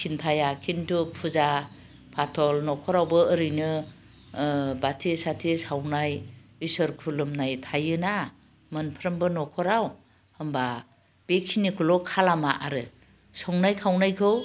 खिन्थाया खिन्थु फुजा फाथल न'खरावबो ओरैनो बाथि साथि सावनाय इसोर खुलुमनाय थायोना मोनफ्रोमबो न'खराव होमब्ला बेखिनिखौल' खालामा आरो संनाय खावनायखौ